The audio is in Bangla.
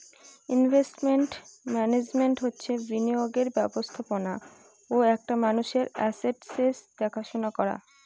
ইনভেস্টমেন্ট মান্যাজমেন্ট হচ্ছে বিনিয়োগের ব্যবস্থাপনা ও একটা মানুষের আসেটসের দেখাশোনা করা